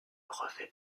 revêt